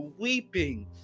weeping